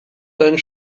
deinen